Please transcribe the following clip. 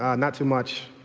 ah not too much.